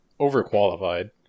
overqualified